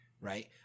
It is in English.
right